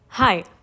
Hi